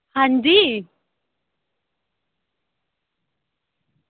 हां जी